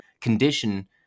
condition